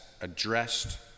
addressed